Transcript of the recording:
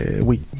oui